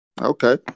Okay